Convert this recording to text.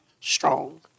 strong